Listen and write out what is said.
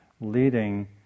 leading